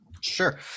Sure